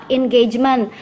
engagement